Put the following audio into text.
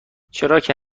چراکه